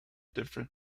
different